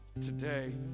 today